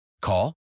Call